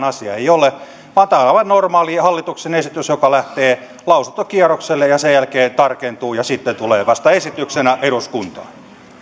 asia ei ole vaan tämä on aivan normaali hallituksen esitys joka lähtee lausuntokierrokselle ja ja sen jälkeen tarkentuu ja sitten tulee vasta esityksenä eduskuntaan